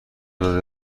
داده